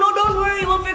so don't worry. we'll